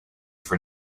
for